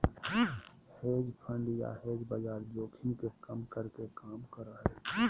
hedge fund या hedge बाजार जोखिम के कम करे के काम करो हय